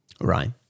Right